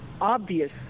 obvious